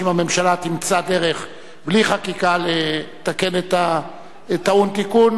אם הממשלה תמצא דרך בלי חקיקה לתקן את הטעון תיקון,